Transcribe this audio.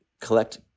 collect